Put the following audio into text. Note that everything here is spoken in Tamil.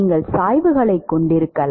நீங்கள் சாய்வுகளைக் கொண்டிருக்கலாம்